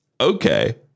okay